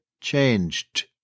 changed